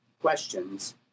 questions